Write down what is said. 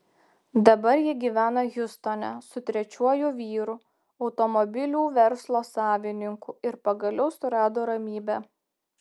dabar ji gyvena hjustone su trečiuoju vyru automobilių verslo savininku ir pagaliau surado ramybę